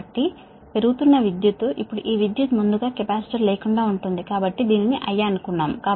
కాబట్టి పెరుగుతున్న విద్యుత్ ఇప్పుడు ఈ విద్యుత్ ముందుగా కెపాసిటర్ లేకుండా ఉంటుంది కాబట్టి దీనిని I అనుకున్నాము